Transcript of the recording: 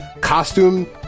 costume